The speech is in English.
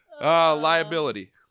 liability